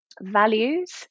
values